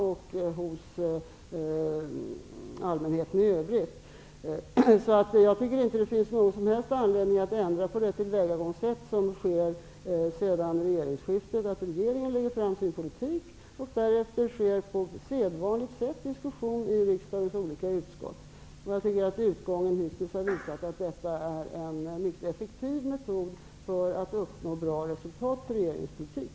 Jag tycker inte att det finns någon som helst anledning att ändra på det tillvägagångssätt som har använts sedan regeringsskiftet. Regeringen lägger fram sin politik, och därefter sker på sedvanligt sätt diskussion i riksdagens olika utskott. Utgången har hittills visat att detta är en mycket effektiv metod för att uppnå bra resultat när det gäller regeringens politik.